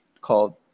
called